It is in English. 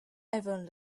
everyone